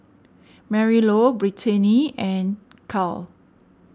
Marylou Brittanie and Kyle